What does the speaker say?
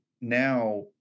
now